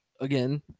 again